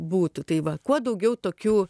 būtų tai va kuo daugiau tokių